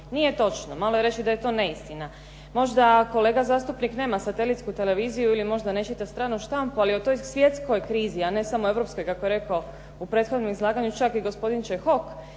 Nije točno. Malo je reći da je to neistina. Možda kolega zastupnik nema satelitsku televiziju ili možda ne čita stranu štampu, ali o toj svjetskoj krizi a ne samo europskoj kako je rekao u prethodnom izlaganju čak i gospodin Čehok,